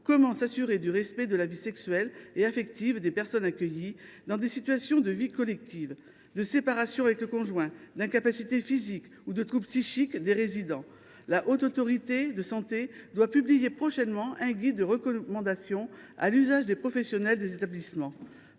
Comment s’assurer du respect de la vie sexuelle et affective des personnes accueillies dans des situations de vie collective, de séparation avec le conjoint, d’incapacité physique ou de troubles psychiques des résidents ? La Haute Autorité de santé (HAS) doit publier prochainement un guide de recommandations à l’usage des professionnels des établissements.